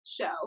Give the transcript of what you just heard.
show